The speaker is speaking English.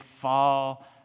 fall